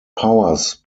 powers